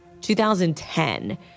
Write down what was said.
2010